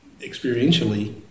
experientially